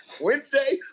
Wednesday